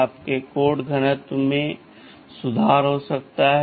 आपके कोड घनत्व में और सुधार हो सकता है